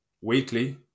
weekly